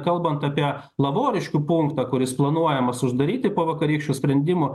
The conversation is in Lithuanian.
kalbant apie lavoriškių punktą kuris planuojamas uždaryti po vakarykščio sprendimo